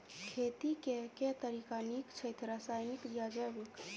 खेती केँ के तरीका नीक छथि, रासायनिक या जैविक?